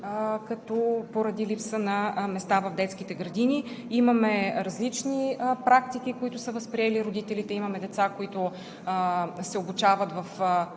поради липса на места в детските градини. Имаме различни практики, които са възприели родителите, имаме деца, които се обучават в